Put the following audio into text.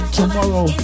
tomorrow